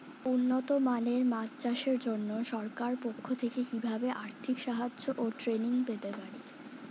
উন্নত মানের মাছ চাষের জন্য সরকার পক্ষ থেকে কিভাবে আর্থিক সাহায্য ও ট্রেনিং পেতে পারি?